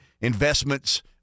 investments